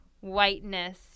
whiteness